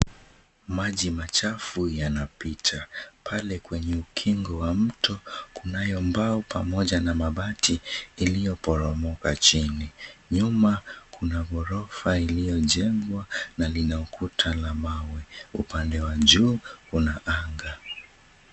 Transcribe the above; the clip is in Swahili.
Maji machafu yanapita, pale kwenye ukingo wa mto kunayo mbao pamoja na mabati iliyoporomoka chini. Nyuma kuna ghorofa iliyojengwa na lina ukuta wa mawe. Upande wa juu una anga.